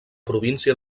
província